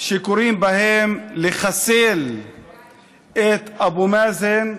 שקוראים בהם לחסל את אבו מאזן,